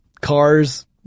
cars